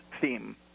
theme